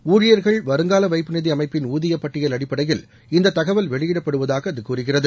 ஊழியர்கள் வருங்கால வைப்பு நிதி அமைப்பின் ஊதிய பட்டியல் அடிப்படையில் இந்த தகவல் வெளியிடப்படுவதாக அது கூறுகிறது